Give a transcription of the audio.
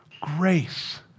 grace